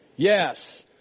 Yes